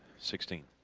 sixteen.